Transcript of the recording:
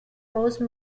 rose